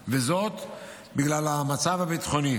זה בגלל המצב הביטחוני.